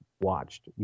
watched